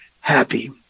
happy